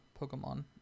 Pokemon